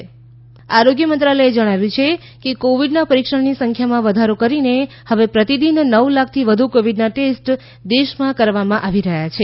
Covid પરીક્ષણ આરોગ્ય મંત્રાલયે જણાવ્યું છે કે કોવિડનાં પરીક્ષણની સંખ્યામાં વધારો કરીને હવે પ્રતિદિન નવ લાખથી વધુ કોવિડનાં ટેસ્ટ દેશમાં કરવામાં આવી રહ્યા છે